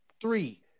three